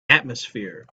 atmosphere